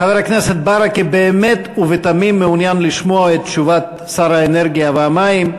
חבר הכנסת ברכה באמת ובתמים מעוניין לשמוע את תשובת שר האנרגיה והמים,